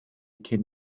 cyn